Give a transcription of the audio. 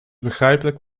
begrijpelijk